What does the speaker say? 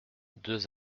deux